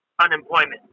unemployment